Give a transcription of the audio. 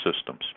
systems